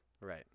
Right